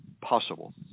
possible